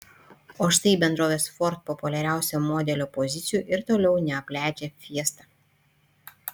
o štai bendrovės ford populiariausio modelio pozicijų ir toliau neapleidžia fiesta